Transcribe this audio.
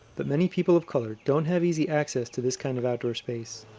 but many people of color don't have easy access to this kind of outdoor space.